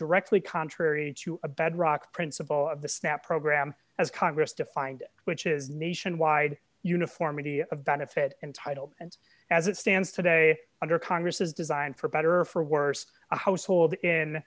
directly contrary to a bedrock principle of the snap program as congress defined which is nationwide uniformity of benefit and title and as it stands today under congress's design for better or for worse a household in